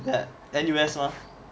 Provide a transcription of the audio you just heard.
at N_U_S mah